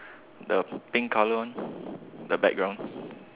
the pink colour one the background